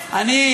אורן,